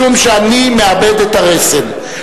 משום שאני מאבד את הרסן.